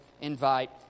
invite